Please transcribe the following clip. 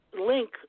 link